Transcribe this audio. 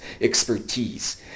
expertise